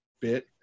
bit